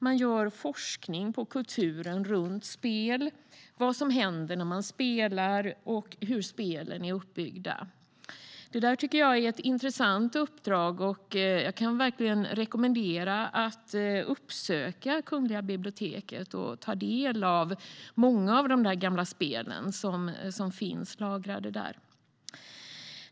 Man forskar på kulturen runt spel, vad som händer när man spelar och hur spelen är uppbyggda. Det tycker jag är ett intressant uppdrag, och jag kan verkligen rekommendera besök på Kungliga biblioteket för att ta del av många av de gamla spel som finns sparade där.